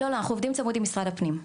לא אנחנו עובדים צמוד עם משרד הפנים,